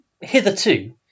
hitherto